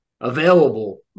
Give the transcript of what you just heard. available